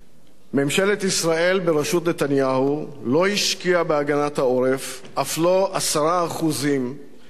ממשלת ישראל בראשות נתניהו לא השקיעה בהגנת העורף אף לא 10% מהסכום